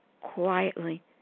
quietly